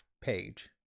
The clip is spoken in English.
page